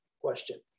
question